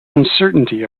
uncertainty